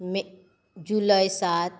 मे जुलय सात